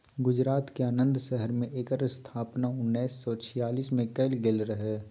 गुजरातक आणंद शहर मे एकर स्थापना उन्नैस सय छियालीस मे कएल गेल रहय